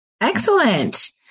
Excellent